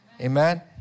Amen